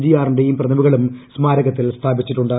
G ആറിന്റെയും പ്രതിമകളും സ്മാരകത്തിൽ സ്ഥാപിച്ചിട്ടുണ്ട്